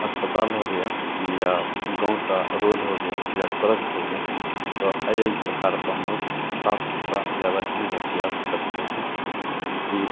अस्पताल हो गया या गाँव की रोड हो गई या सड़क हो गई तो यही प्रकार को हम लोग साफ सुथरा जा रखने का प्रयास करते हैं कि